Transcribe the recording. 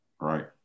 right